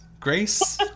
Grace